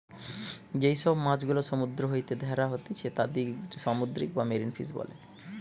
যে সব মাছ গুলা সমুদ্র হইতে ধ্যরা হতিছে তাদির সামুদ্রিক বা মেরিন ফিশ বোলে